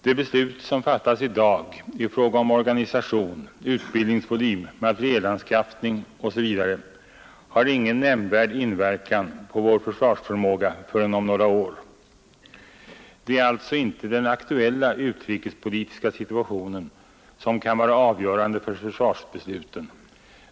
Det beslut som fattas i dag i fråga om organisation, utbildningsvolym, materialanskaffning osv. har ingen nämnvärd inverkan på vår försvarsförmåga förrän om några år. Det är alltså inte den aktuella utrikespolitiska situationen som kan vara avgörande för försvarsbesluten.